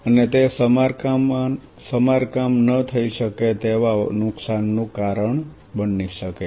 અને તે સમારકામ ન થઇ શકે તેવા નુકસાનનું કારણ બની શકે છે